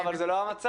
אבל זה לא המצב.